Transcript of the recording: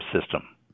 system